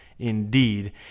Indeed